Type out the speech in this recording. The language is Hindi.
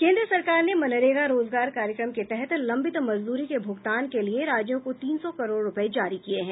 केन्द्र सरकार ने मनरेगा रोजगार कार्यक्रम के तहत लंबित मजदूरी के भूगतान के लिए राज्यों को तीन सौ करोड़ रूपये जारी किये हैं